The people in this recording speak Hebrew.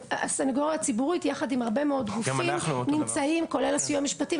הסנגוריה הציבורית יחד עם הרבה מאוד גופים כולל הסיוע המשפטי,